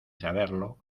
saberlo